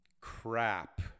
crap